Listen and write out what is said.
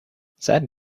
that